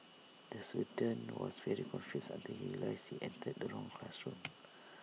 the student was very confused until he realised he entered the wrong classroom